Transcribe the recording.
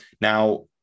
Now